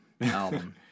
album